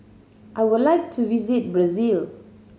I would like to visit Brazil